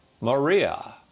Maria